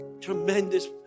Tremendous